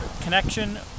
connection